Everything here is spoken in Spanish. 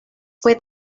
fue